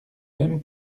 même